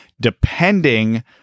depending